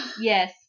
Yes